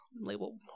label